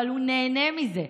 אבל הוא נהנה מזה.